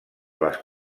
les